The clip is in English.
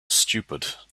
stupid